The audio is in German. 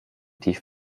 tief